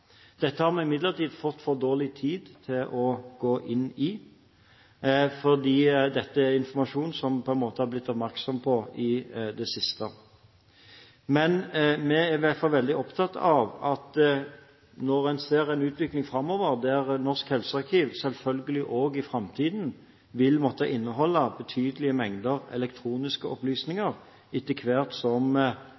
Dette har vi imidlertid fått for dårlig tid til å gå inn i, fordi det er informasjon som vi er blitt oppmerksom på i det siste. Vi er i hvert fall veldig opptatt av at når en ser en utvikling framover der Norsk helsearkiv selvfølgelig også i framtiden vil måtte inneholde betydelige mengder elektroniske